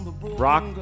rock